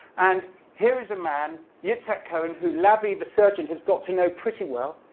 and here is a man, yitzhak cohen, who lavie, the surgeon, has got to know pretty well.